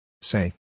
Say